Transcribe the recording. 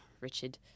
Richard